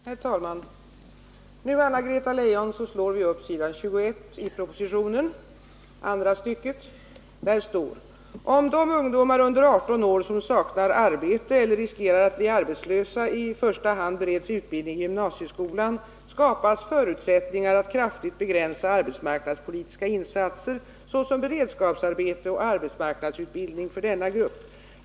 Herr talman! Nu, Anna-Greta Leijon, slår vi upp s. 21 i propositionen, andra stycket, där det står: ”Om de ungdomar under 18 år som saknar arbete eller riskerar att bli arbetslösa i första hand bereds utbildning i gymnasieskolan, skapas förutsättningar att kraftigt begränsa arbetsmarknadspolitiska insatser såsom beredskapsarbete och arbetsmarknadsutbildning för denna grupp.